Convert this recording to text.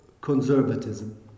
conservatism